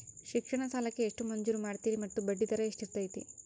ಶಿಕ್ಷಣ ಸಾಲಕ್ಕೆ ಎಷ್ಟು ಮಂಜೂರು ಮಾಡ್ತೇರಿ ಮತ್ತು ಬಡ್ಡಿದರ ಎಷ್ಟಿರ್ತೈತೆ?